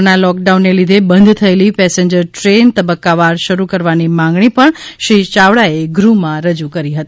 corona લોકડાઉનને લીધે બંધ થયેલી પેસેનજર ટ્રેન તબક્કાવાર શરૂ કરવાની માંગણી પણ શ્રી યાવડાએ ગૃહમાં રજૂ કરી હતી